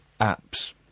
apps